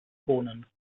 bohnen